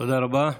תודה רבה.